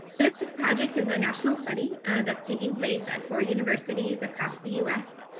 this. this project is a national study that's taking place at four universities across the us.